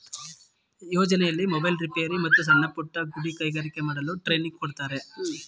ಯೋಜನೆಯಲ್ಲಿ mobile repair, ಮತ್ತು ಸಣ್ಣಪುಟ್ಟ ಗುಡಿ ಕೈಗಾರಿಕೆ ಮಾಡಲು ಟ್ರೈನಿಂಗ್ ಕೊಡ್ತಾರೆ